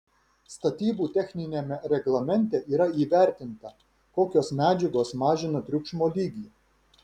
statybų techniniame reglamente yra įvertinta kokios medžiagos mažina triukšmo lygį